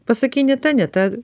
pasakei ne tą ne tą